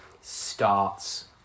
starts